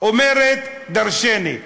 אומרת דורשני.